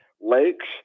lakes